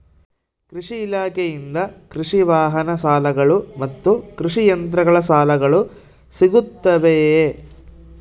ಕೃಷಿ ಇಲಾಖೆಯಿಂದ ಕೃಷಿ ವಾಹನ ಸಾಲಗಳು ಮತ್ತು ಕೃಷಿ ಯಂತ್ರಗಳ ಸಾಲಗಳು ಸಿಗುತ್ತವೆಯೆ?